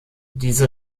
diese